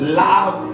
love